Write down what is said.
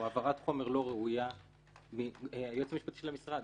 העברת חומר לא ראויה מהיועץ המשפטי של המשרד.